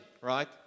right